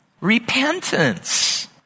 Repentance